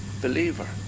believer